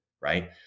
Right